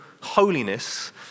holiness